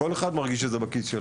כל אחד מרגיש את זה בכיס שלו.